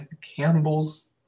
Campbells